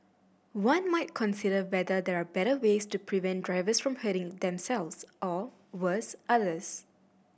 one might consider whether there are better ways to prevent drivers from hurting themselves or worse others